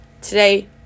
Today